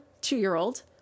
two-year-old